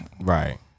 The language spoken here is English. right